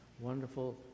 wonderful